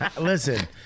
Listen